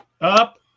up